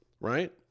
Right